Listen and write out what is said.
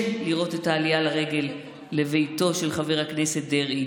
לראות את העלייה לרגל לביתו של חבר הכנסת דרעי,